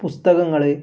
പുസ്തകങ്ങൾ